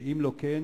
שאם לא כן,